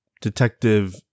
detective